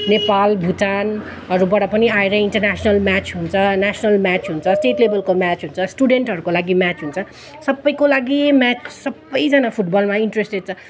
नेपाल भुटानहरूबाट पनि आएर इन्टरनेसनल म्याच हुन्छ र नेसनल म्याच हुन्छ स्टेट लेभलको म्याच हुन्छ स्टुडेन्टहरूको लागि म्याच हुन्छ सबैको लागि म्याच सबैजना फुटबलमा इन्ट्रेस्टेड छ